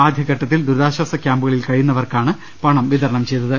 ആദ്യഘട്ടത്തിൽ ദുരിതാശ്ചാസ ക്യാമ്പുകളിൽ കഴിയുന്നവർക്കാണ് പണം വിതരണം ചെയ്തത്